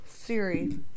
Siri